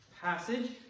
passage